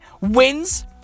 wins